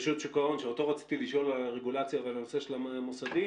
שאותו רציתי לשאול על הרגולציה ועל הנושא של המוסדיים.